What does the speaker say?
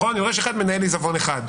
מנהל עיזבון אחד.